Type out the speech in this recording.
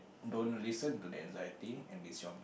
don't listen to the anxiety and be strong